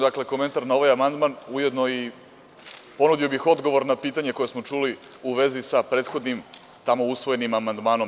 Dakle, komentar na ovaj amandman, ujedno i ponudio bih odgovor na pitanje koje smo čuli u vezi sa prethodnim tamo usvojenim amandmanom.